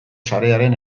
sarearen